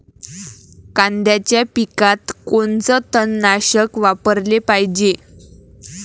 कांद्याच्या पिकात कोनचं तननाशक वापराले पायजे?